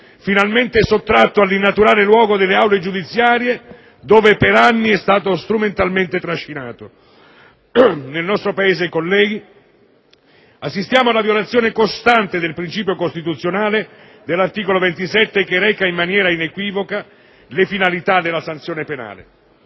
finalmente sottratto all'innaturale luogo delle aule giudiziarie, dove per anni è stato strumentalmente trascinato. Nel nostro Paese, colleghi, assistiamo alla violazione costante del principio costituzionale dell'articolo 27, che reca in maniera inequivoca le finalità della sanzione penale.